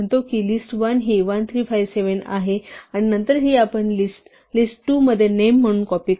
जर आपण असे म्हणतो की list1 हि 1 3 5 7 आहे आणि नंतर आपण ही लिस्ट list2 मध्ये नेम म्हणून कॉपी करतो